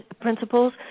principles